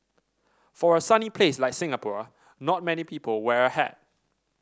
for a sunny place like Singapore not many people wear a hat